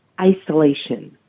isolation